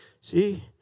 see